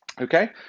Okay